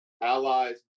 allies